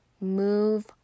move